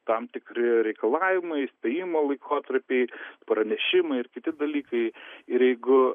tam tikri reikalavimai įspėjimo laikotarpiai pranešimai ir kiti dalykai ir jeigu